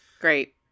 Great